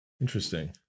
Interesting